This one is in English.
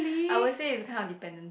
I will say is kind of dependence